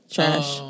Trash